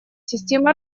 системы